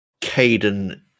Caden